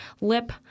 lip